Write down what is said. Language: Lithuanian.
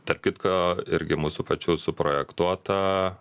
tarp kitko irgi mūsų pačių suprojektuota